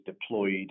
deployed